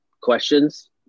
questions